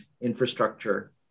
infrastructure